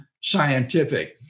scientific